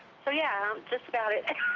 so yeah, just about and,